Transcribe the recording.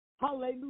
hallelujah